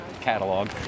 catalog